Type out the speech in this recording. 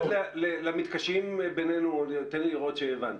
--- למתקשים בינינו, תן לי לראות שהבנתי.